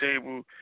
table